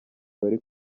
bari